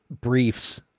briefs